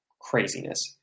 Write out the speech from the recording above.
craziness